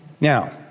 Now